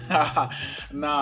Nah